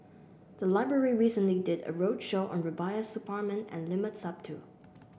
the library recently did a roadshow on Rubiah Suparman and Limat Sabtu